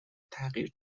تغییر